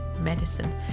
medicine